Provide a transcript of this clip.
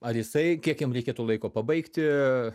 ar jisai kiek jam reikėtų laiko pabaigti